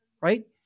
right